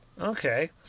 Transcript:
Okay